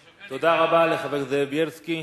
אני שוקל, תודה רבה לחבר הכנסת זאב בילסקי.